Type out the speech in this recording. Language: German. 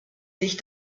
sich